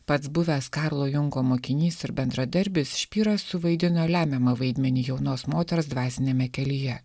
pats buvęs karlo jungo mokinys ir bendradarbis špyras suvaidino lemiamą vaidmenį jaunos moters dvasiniame kelyje